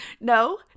no